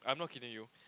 I'm not kidding you